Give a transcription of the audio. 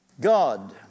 God